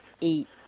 eat